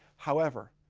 however,